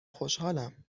خوشحالم